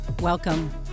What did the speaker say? Welcome